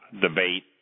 debate